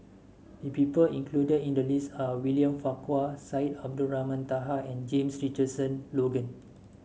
the people included in the list are William Farquhar Syed Abdulrahman Taha and James Richardson Logan